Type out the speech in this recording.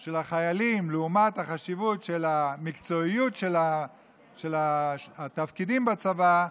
של החיילים לעומת החשיבות של המקצועיות של התפקידים בצבא,